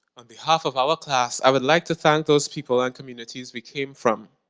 on behalf of our class i would like to thank those people and communities we came from,